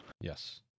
Yes